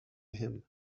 him